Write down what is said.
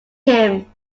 him